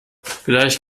vielleicht